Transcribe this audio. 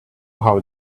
how